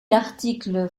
l’article